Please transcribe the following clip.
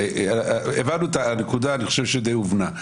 אני חושב שהנקודה די הובנה.